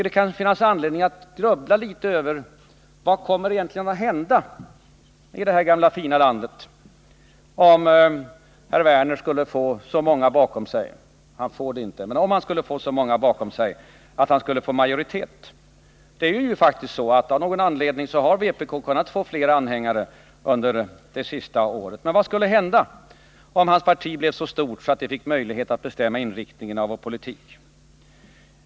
Det kan finnas anledning att fundera över vad som egentligen skulle hända idet här gamla fina landet, om herr Werner skulle få så många bakom sig— nu får han det säkert inte — att hans parti kom i majoritetsställning. Av någon anledning har faktiskt vpk fått fler anhängare under de senaste åren. Men vad skulle alltså hända om hans parti blev så stort att det fick möjlighet att bestämma inriktningen av vår politik?